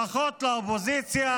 ברכות לאופוזיציה